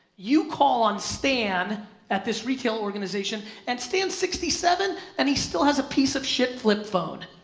you call on stan at this retail organization and stan's sixty seven and he still has a piece of shit flip phone,